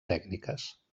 tècniques